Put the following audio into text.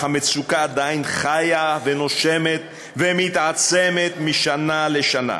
אך המצוקה עדיין חיה ונושמת ומתעצמת משנה לשנה.